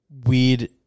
weird